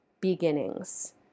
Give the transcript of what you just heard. beginnings